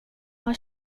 har